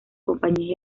compañías